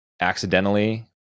accidentally